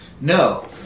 No